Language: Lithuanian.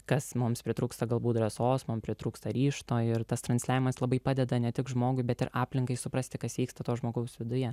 kas mums pritrūksta galbūt drąsos mum pritrūksta ryžto ir tas transliavimas labai padeda ne tik žmogui bet ir aplinkai suprasti kas vyksta to žmogaus viduje